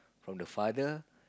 from the father